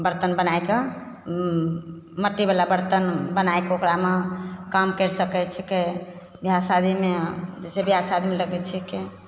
बर्तन बनाइ कऽ मट्टीबला बर्तन बनाइ कऽ ओकरामे काम करि सकैत छिकै बिआह शादीमे जैसे बिआह शादीमे देखैत छियै कि